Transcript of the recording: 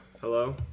Hello